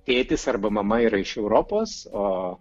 tėtis arba mama yra iš europos o